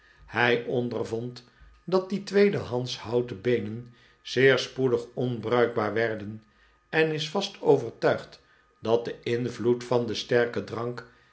hij ondervond dat die tweedehandsch houten beenen zeer spoedig onbruikbaar werden en is vast overtuigd dat de invloed van densterken drank